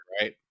right